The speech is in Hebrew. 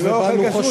הוא לא אוכל כשר,